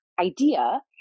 idea